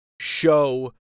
show